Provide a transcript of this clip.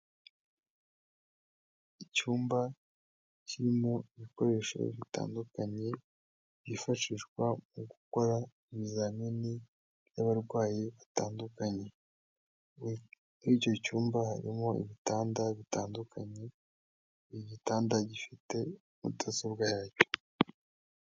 Icyumba kirimo ibikoresho bitandukanye byifashishwa mu gukora ibizamini by'abarwayi batandukanye, muri icyo cyumba harimo ibitanda bitandukanye, buri gitanda gifite mudasobwa yacyo.